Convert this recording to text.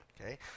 okay